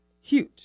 huge